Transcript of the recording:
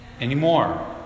anymore